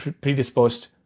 predisposed